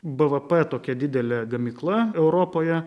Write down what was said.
bvp tokia didelė gamykla europoje